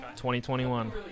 2021